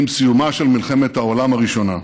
עם סיומה של מלחמת העולם הראשונה,